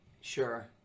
Sure